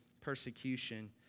persecution